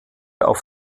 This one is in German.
auf